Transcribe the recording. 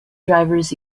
drivers